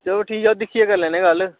चलो ठीक ऐ दिक्खियै करी लैने आं गल्ल